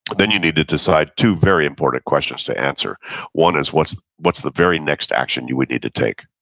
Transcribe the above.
but then you need to decide two very important questions to answer one is what's what's the very next action you would need to take?